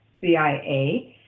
CIA